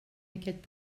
aquest